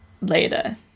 later